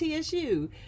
TSU